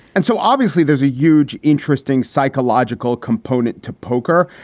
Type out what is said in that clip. and so obviously, there's a huge, interesting psychological component to poker.